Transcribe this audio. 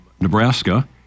Nebraska